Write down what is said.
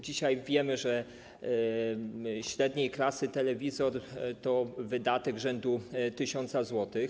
Dzisiaj wiemy, że średniej klasy telewizor to wydatek rzędu 1 tys. zł.